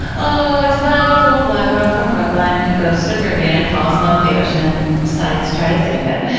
ohhh, it's about a little black girl from brooklyn who goes to the caribbean, falls in love with the ocean, and decides to try to save it.